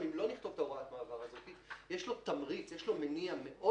אם לא נכתוב את הוראת המעבר הזאת יש לו מניע מאוד